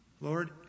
Lord